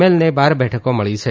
L ને બાર બેઠકો મળી છે